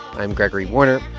i'm gregory warner,